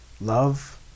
love